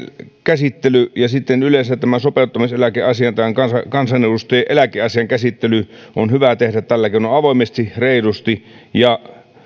käsittely ja sitten yleensä tämä sopeuttamiseläkeasia tai kansanedustajien eläkeasian käsittely on hyvä tehdä tällä keinoin avoimesti reilusti ja